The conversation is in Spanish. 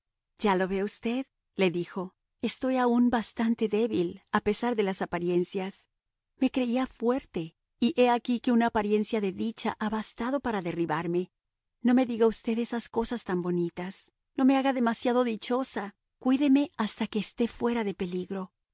ya lo ve usted le dijo estoy aún bastante débil a pesar de las apariencias me creía fuerte y he aquí que una apariencia de dicha ha bastado para derribarme no me diga usted esas cosas tan bonitas no me haga demasiado dichosa cuídeme hasta que esté fuera de peligro